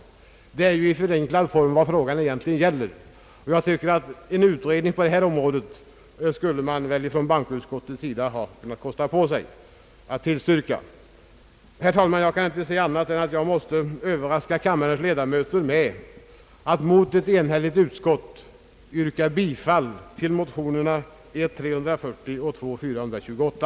Det är i förenklad form vad frågan egentligen gäller, och jag tycker att bankoutskottet mycket väl borde ha kunnat kosta på sig att tillstyrka en utredning på detta område. Jag kan inte se annat än att jag måste överraska kammarens ledamöter med att mot ett enhälligt utskott yrka bifall till motionerna I: 340 och II: 428.